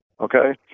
okay